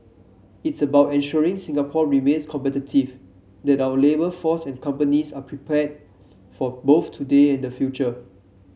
it's about ensuring Singapore remains competitive that our labour force and companies are prepared for both today and the future